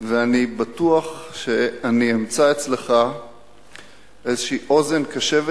ואני בטוח שאני אמצא אצלך אוזן קשבת,